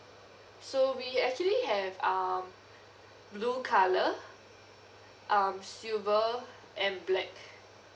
so we actually have um blue colour um silver and black